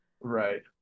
Right